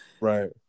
right